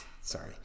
Sorry